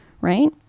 right